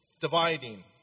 Dividing